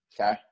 Okay